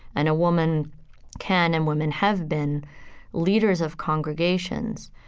and a woman can, and women have been leaders of congregations.